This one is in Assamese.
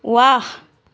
ৱাহ